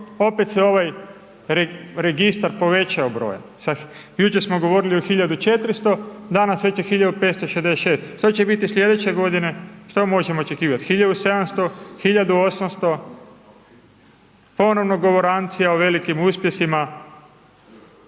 opet se ovaj registar povećao broja. Jučer smo govorili o 1400, danas već je 1566 što će biti sljedeće godine, što možemo očekivati 1700, 1800. ponovno govorancija o velikim uspjesima,